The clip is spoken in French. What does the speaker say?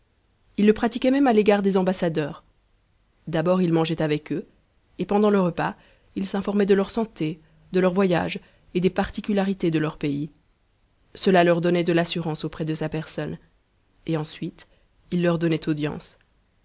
il le pratiquait même à l'égard de ambassadeurs d'abord il mangeait avec eux et pendant le repas il s'informait de leur santé de leur voyage et des particularités de leurs pays cela leur donnait de l'assurance auprès de sa personne et ensuite il leur donnait audience